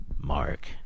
Mark